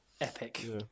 Epic